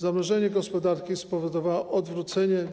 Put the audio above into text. Zamrożenie gospodarki spowodowało odwrócenie